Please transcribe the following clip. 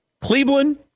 Cleveland